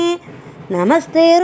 Namaste